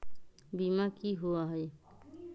बीमा की होअ हई?